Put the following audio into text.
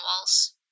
walls